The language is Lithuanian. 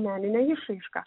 meninę išraišką